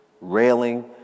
railing